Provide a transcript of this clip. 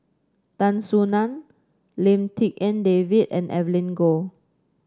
Tan Soo Nan Lim Tik En David and Evelyn Goh